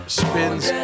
spins